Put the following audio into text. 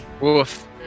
Woof